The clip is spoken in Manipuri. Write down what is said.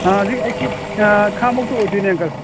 ꯑꯥ ꯍꯧꯖꯤꯛ ꯑꯩꯁꯤ ꯈꯥꯡꯉꯕꯣꯛꯇ ꯑꯣꯏꯗꯣꯏꯅꯦ ꯑꯪꯀꯜ